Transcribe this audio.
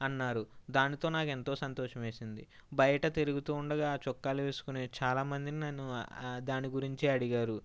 అన్నారు దానితో నాకు ఎంతో సంతోషం వేసింది బయట తిరుగుతు ఉండగా చొక్కాలు వేసుకుని చాలా మంది నన్ను దాని గురించి అడిగారు